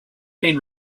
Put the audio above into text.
been